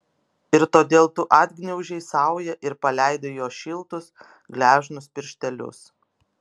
ir todėl tu atgniaužei saują ir paleidai jo šiltus gležnus pirštelius